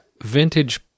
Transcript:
vintage